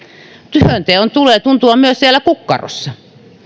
työnteon tulee tuntua myös siellä kukkarossa